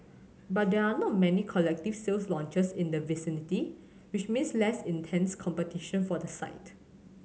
but there are not many collective sales launches in the vicinity which means less intense competition for the site